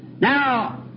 Now